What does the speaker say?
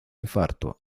infarto